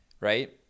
right